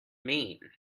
mean